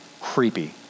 creepy